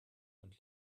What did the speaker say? und